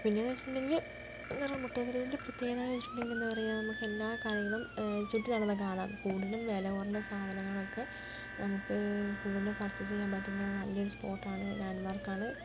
പിന്നെയെന്നു വെച്ചിട്ടുണ്ടെങ്കിൽ എന്താണ് മുട്ടായി തെരുവിന്റെ പ്രത്യേകത എന്ന് ചോദിച്ചിട്ടുണ്ടെങ്കിൽ എന്താ പറയുക നമുക്കെല്ലാ കാര്യങ്ങളും ചുറ്റി നടന്നാൽ കാണാം കൂടുതലും വിലകുറഞ്ഞ സാധനങ്ങളൊക്കെ നമുക്ക് കൂടുതലും പർച്ചേസ് ചെയ്യാൻ പറ്റുന്ന നല്ലൊരു സ്പോട്ടാണ് ലാൻഡ് മാർക്കാണ്